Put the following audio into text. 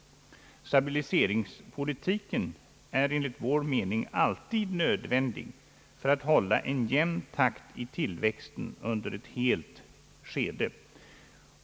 Stabiliseringspolitiken är enligt vår mening alltid nödvändig för att hålla en jämn takt i tillväxten under ett helt skede.